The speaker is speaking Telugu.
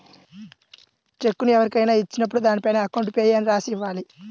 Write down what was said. చెక్కును ఎవరికైనా ఇచ్చినప్పుడు దానిపైన అకౌంట్ పేయీ అని రాసి ఇవ్వాలి